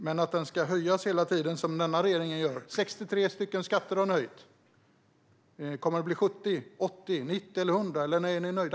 Denna regering höjer hela tiden skatter. 63 skatter har ni höjt. Kommer det att bli 70, 80, 90 eller 100, eller när är ni nöjda?